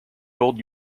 gold